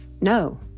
no